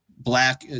black